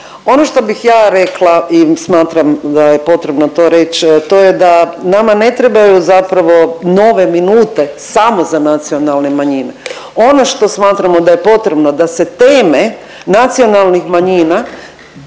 Ono što bih ja rekla i smatram da je potrebno to reć, to je da nama ne trebaju zapravo nove minute samo za nacionalne manjine. Ono što smatramo da je potrebno da se teme nacionalnih manjina